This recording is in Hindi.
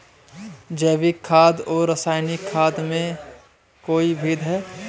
जैविक खाद और रासायनिक खाद में कोई भेद है?